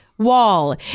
wall